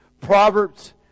Proverbs